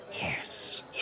Yes